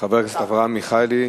חבר הכנסת אברהם מיכאלי.